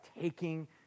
taking